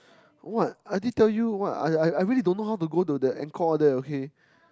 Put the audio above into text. what I did tell you what I I I really don't know how to that Angkor all that okay